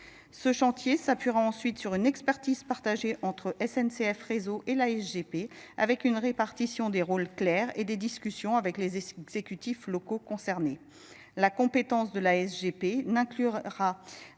Ce chantier s'appuiera ensuite sur une expertise partagée entre S N C F Réseau et la S G P avec une répartition des rôles clairs et des discussions avec les exécutifs locaux concernés. La compétence de la G P n'inclura